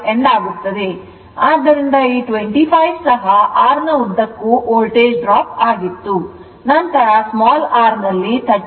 ಅಂದರೆ ಈ 25 ಸಹ R ನ ಉದ್ದಕ್ಕೂ ವೋಲ್ಟೇಜ್ ಡ್ರಾಪ್ ಆಗಿತ್ತು ನಂತರ r ನಲ್ಲಿ 30